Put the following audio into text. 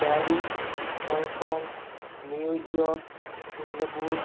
Paris Hong Kong New York Singapore